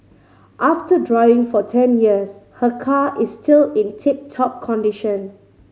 after driving for ten years her car is still in tip top condition